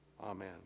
Amen